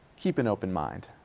keep an open mind.